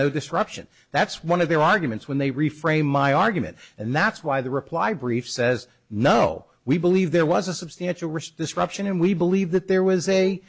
no disruption that's one of their arguments when they reframe my argument and that's why the reply brief says no we believe there was a substantial risk disruption and we believe that there was a